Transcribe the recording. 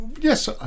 Yes